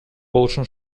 болушун